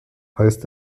heißt